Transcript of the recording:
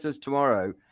tomorrow